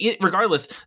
regardless